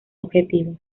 objetivos